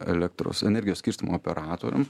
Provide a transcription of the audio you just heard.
elektros energijos skirstymo operatorium